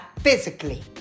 physically